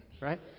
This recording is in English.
right